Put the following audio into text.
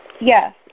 Yes